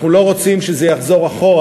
אנחנו לא רוצים שזה יחזור אחורה.